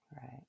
Right